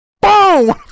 Boom